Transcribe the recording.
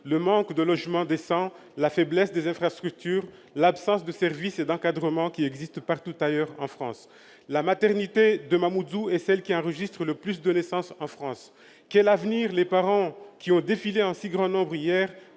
le manque de logements décents, la faiblesse des infrastructures, l'absence des services et de l'encadrement qui existent partout ailleurs en France. La maternité de Mamoudzou est celle qui enregistre le plus de naissances en France. Quel avenir les parents qui ont défilé en si grand nombre hier